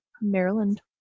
Maryland